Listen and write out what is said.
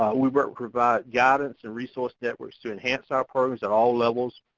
we but provide guidance and resource networks to enhance our programs at all levels.